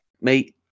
mate